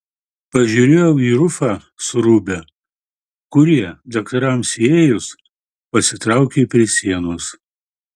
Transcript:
pažiūrėjau į rufą su rūbe kurie daktarams įėjus pasitraukė prie sienos